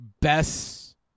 Best